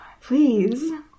Please